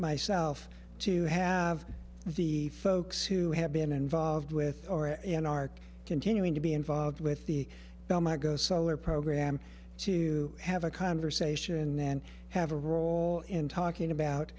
myself to have the folks who have been involved with or an arc continuing to be involved with the bill my go solar program to have a conversation and have a role in talking about